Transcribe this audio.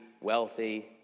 wealthy